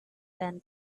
been